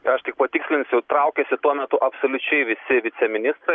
aš tik patikslinsiu traukėsi tuo metu absoliučiai visi viceministrai